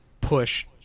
push